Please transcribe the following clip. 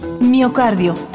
Miocardio